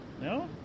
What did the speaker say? No